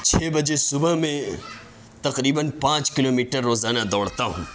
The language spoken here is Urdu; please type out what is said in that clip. چھ بجے صبح میں تقریباً پانچ کلو میٹر روزانہ دوڑتا ہوں